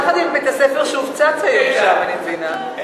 יחד עם בית-הספר שהופצץ היום שם, אני מבינה.